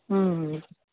हूँ